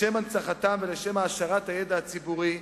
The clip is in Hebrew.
לשם הנצחתם ולשם העשרת הידע הציבורי,